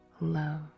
love